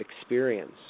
experience